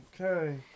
Okay